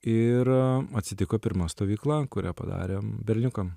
ir atsitiko pirma stovykla kurią padarėm berniukam